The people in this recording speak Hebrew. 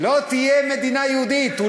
לא תהיה מדינה יהודית.